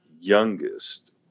youngest